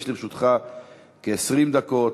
לרשותך 20 דקות.